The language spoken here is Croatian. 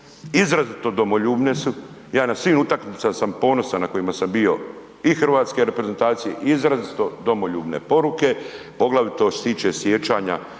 izrazito domoljubne su, ja na svim utakmicama sam ponosan na kojima sam bio i hrvatske reprezentacije, izrazito domoljubne poruke, poglavito što se tiče sjećanja